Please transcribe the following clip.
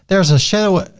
there's a shdow, ah